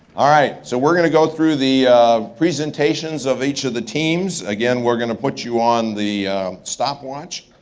all right, so we're gonna go through the presentations of each of the teams. again, we're gonna put you on the stopwatch.